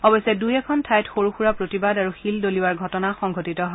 অৱশ্যে দুই এখন ঠাইত সৰু সুৰা প্ৰতিবাদ আৰু শিল দলিওৱাৰ ঘটনা সংঘটিত হয়